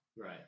Right